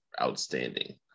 outstanding